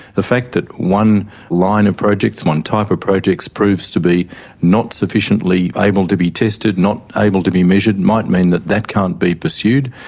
that one line of projects, one type of projects proves to be not sufficiently able to be tested, not able to be measured, might mean that that can't be pursued,